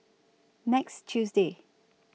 next Tuesday